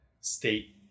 state